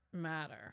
matter